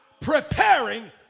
preparing